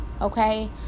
Okay